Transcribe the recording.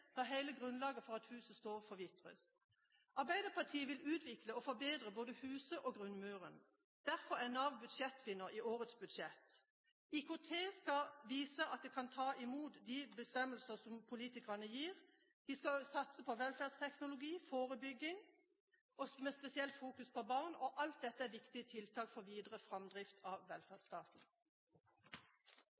hele grunnlaget for at huset står, forvitres. Arbeiderpartiet vil utvikle og forbedre både huset og grunnmuren. Derfor er Nav budsjettvinner i årets budsjett. IKT-satsingen vil sette dem i stand til å ta imot de bestemmelsene som politikerne gir. Vi skal satse på velferdsteknologi, forebygging med spesielt fokus på barn – alt dette er viktige tiltak for videre framdrift av velferdsstaten.